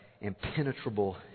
Impenetrable